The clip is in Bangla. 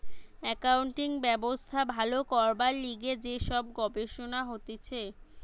একাউন্টিং ব্যবস্থা ভালো করবার লিগে যে সব গবেষণা হতিছে